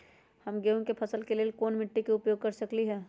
हम गेंहू के फसल के लेल कोन मिट्टी के उपयोग कर सकली ह?